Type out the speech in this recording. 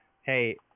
Hey